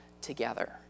together